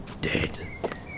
Dead